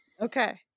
Okay